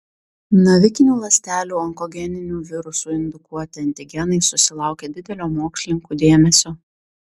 navikinių ląstelių onkogeninių virusų indukuoti antigenai susilaukė didelio mokslininkų dėmesio